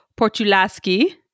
Portulaski